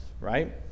right